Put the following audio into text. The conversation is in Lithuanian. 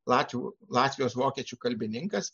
latvių latvijos vokiečių kalbininkas